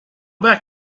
back